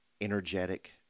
energetic